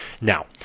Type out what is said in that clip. Now